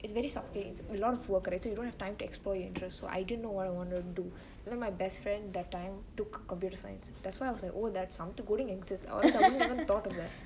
it's very sub pain a lot of work and you don't have time to explore your interests so I didn't know what I wanted to do and then my best friend that time took computer science that's why I was like oh something coding exist எனக்கு இவ்வளவு தோனல:enaku ivalavu thonele